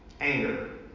Anger